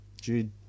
Jude